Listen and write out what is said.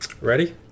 ready